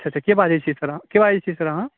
अच्छा के बाजै छियै सर अहाँ